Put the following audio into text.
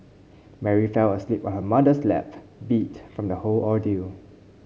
Mary fell asleep on her mother's lap beat from the whole ordeal